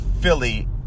Philly